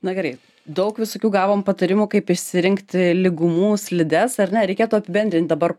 na gerai daug visokių gavom patarimų kaip išsirinkti lygumų slides ar ne reikėtų apibendrint dabar